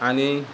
आनी